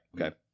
okay